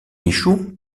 échoue